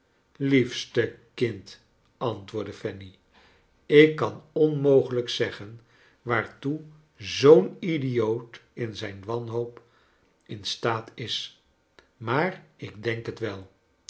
liefste kind antwoordde fanny ik kan onmogelijk zeggen waartoe zoom idioot in zijn wanhoop in staat is maar ik denk het wel